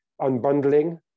unbundling